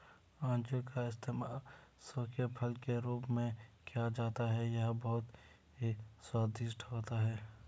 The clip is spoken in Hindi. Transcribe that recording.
अंजीर का इस्तेमाल सूखे फल के रूप में किया जाता है यह बहुत ही स्वादिष्ट होता है